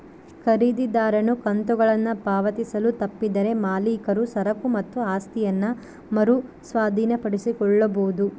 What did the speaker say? ಖರೀದಿದಾರನು ಕಂತುಗಳನ್ನು ಪಾವತಿಸಲು ತಪ್ಪಿದರೆ ಮಾಲೀಕರು ಸರಕು ಮತ್ತು ಆಸ್ತಿಯನ್ನ ಮರು ಸ್ವಾಧೀನಪಡಿಸಿಕೊಳ್ಳಬೊದು